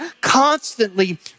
constantly